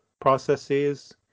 processes